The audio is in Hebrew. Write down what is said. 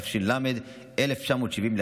התש"ל 1970,